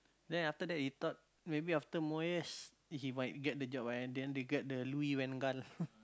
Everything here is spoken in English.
then after that he thought maybe after Moyes he might get the job but in the end they get the Louis van Gaal